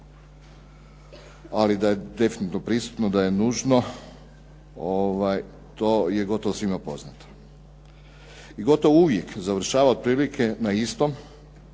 ali da je definitivno prisutno, da je nužno, to je gotovo sigurno poznato. I gotovo uvijek završava otprilike na istom